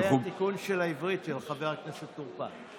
זה התיקון של העברית של חבר הכנסת טור פז.